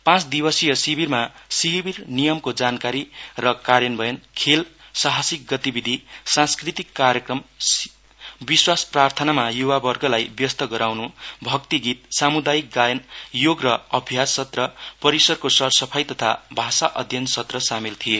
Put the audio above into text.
पाँच दिवसीय शिविरमा शिविर नियमको जानकारी र कार्यानवयन खेल र सहासिक गतिविधि सांस्कृतिक कार्यक्रम विश्वास प्रार्थनामा युवावर्गलाई व्यस्त गराउनु भक्ति गीत सामुदायिक गायन योग र अभ्यास सत्र परिसरको सरसफाई तथा भाषा अध्ययन सत्र सामेल थिए